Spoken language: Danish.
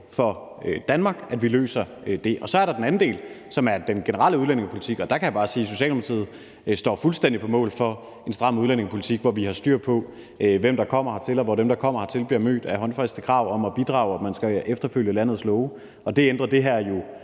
for Danmark, at vi løser det. Så er der den anden del, som er den generelle udlændingepolitik. Der kan jeg bare sige, at Socialdemokratiet står fuldstændig på mål for en stram udlændingepolitik, hvor vi har styr på, hvem der kommer hertil, og hvor dem, der kommer hertil, bliver mødt af håndfaste krav om at bidrage og om, og at man skal følge landets love. Det ændrer det her jo